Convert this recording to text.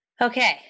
Okay